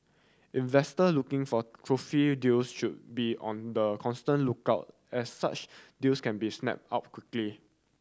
investor looking for trophy deals should be on the constant lookout as such deals can be snapped up quickly